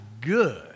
good